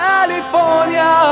California